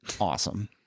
awesome